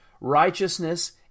righteousness